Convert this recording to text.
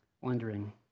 wondering